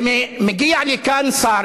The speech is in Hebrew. ומגיע לכאן שר,